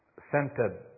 centered